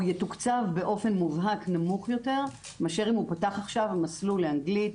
הוא יתוקצב באופן מובהק נמוך יותר מאשר אם הוא פתח עכשיו מסלול לאנגלית,